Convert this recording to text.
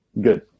Good